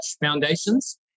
foundations